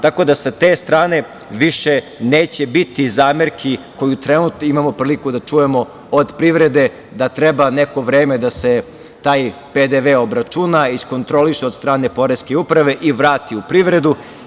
Tako da, sa te strane više neće biti zamerki koje trenutno imamo priliku da čujemo od privrede, da treba neko vreme da se taj PDV obračuna i iskontroliše od strane poreske uprave i vrati u privredu.